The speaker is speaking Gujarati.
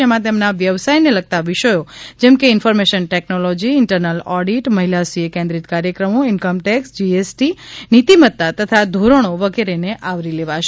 જેમાં તેમના વ્યવસાયને લગતા વિષયો જમકે ઇન્ફોરમેશન ટેકનોલોજી ઇન્ટરનલ ઓડિટ મહિલા સીએ કેન્રીમ્ત કાર્યક્રમો ઇન્કમટેક્ષ જીએસટી નિતિમત્તા તથા ધોરણો વગેરે આવરી લેવાશે